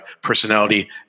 personality